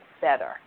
better